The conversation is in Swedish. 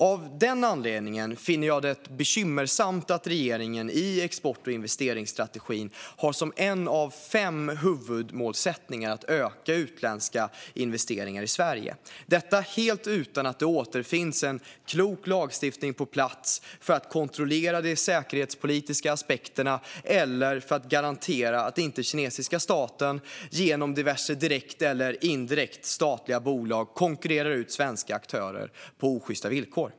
Av den anledningen finner jag det bekymmersamt att regeringen i export och investeringsstrategin har som en av fem huvudmålsättningar att öka utländska investeringar i Sverige, helt utan att en klok lagstiftning finns på plats för att kontrollera de säkerhetspolitiska aspekterna eller för att garantera att inte kinesiska staten genom diverse direkt eller indirekt statliga bolag konkurrerar ut svenska aktörer på osjysta villkor.